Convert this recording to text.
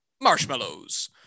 marshmallows